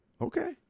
Okay